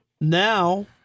now